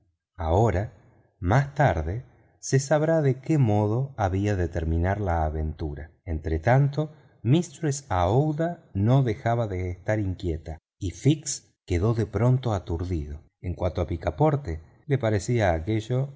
ahora más tarde se sabrá de qué modo había de terminar la aventura entretanto mistress aouida no dejaba de estar inquieta y fix quedó de pronto aturdido en cuanto a picaporte le parecía aquello